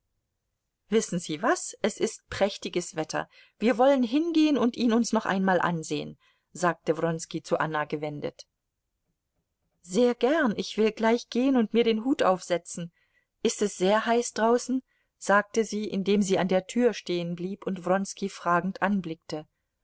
wissen sie was es ist prächtiges wetter wir wollen hingehen und ihn uns noch einmal ansehen sagte wronski zu anna gewendet sehr gern ich will gleich gehen und mir den hut aufsetzen ist es sehr heiß draußen sagte sie indem sie an der tür stehenblieb und wronski fragend anblickte